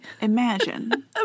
Imagine